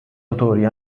autori